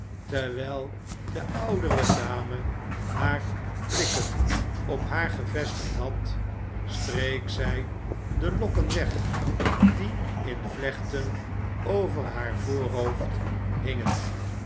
terwijl de oudere dame hare blikken op haar gevestigd had streek zij de lokken weg die in vlechten over haar voorhoofd hingen